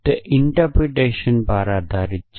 તે અર્થઘટન પર આધારિત છે